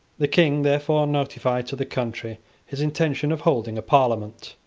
the king therefore notified to the country his intention of holding a parliament.